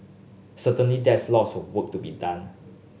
certainly there's lots of work to be done